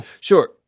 Sure